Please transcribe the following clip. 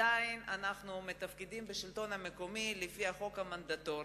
השלטון המקומי עדיין מתפקד על-פי החוק המנדטורי.